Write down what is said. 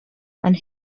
and